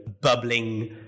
bubbling